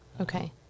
Okay